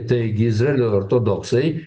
taigi izraelio ortodoksai